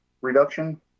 reduction